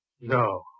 No